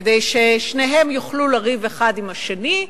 כדי ששתיהן יוכלו לריב האחת עם השנייה,